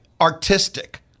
artistic